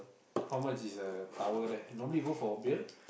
how much is a tower there normally go for a beer